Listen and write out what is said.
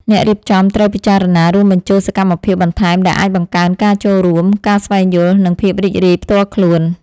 អ្នករៀបចំត្រូវពិចារណារួមបញ្ចូលសកម្មភាពបន្ថែមដែលអាចបង្កើនការចូលរួម, ការស្វែងយល់ និងភាពរីករាយផ្ទាល់ខ្លួន។